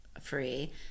free